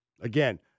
Again